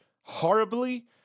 horribly